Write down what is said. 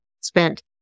spent